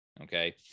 Okay